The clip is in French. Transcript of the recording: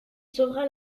sauvera